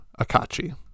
Akachi